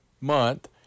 month